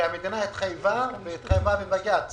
המדינה התחייבה בבג"ץ